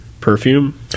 Perfume